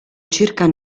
circa